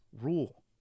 rule